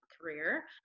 career